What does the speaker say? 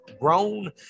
grown